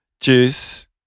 juice